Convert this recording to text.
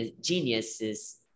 geniuses